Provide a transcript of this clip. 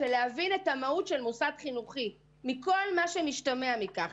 ותבינו שמדובר במוסד חינוכי על כל המשתמע מכך.